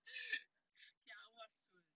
okay I will watch soon